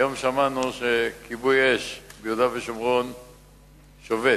היום שמענו שכיבוי אש ביהודה ושומרון שובת,